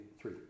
three